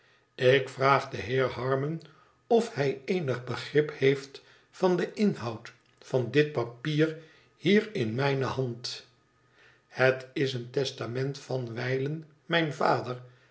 ik vraag den heer harmon of hij eenig begrip heeft van den inhoud van dit papier hier in mijne hand het is een testament van wijlen mijn vader